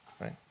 right